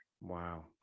wow